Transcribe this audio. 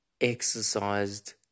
exercised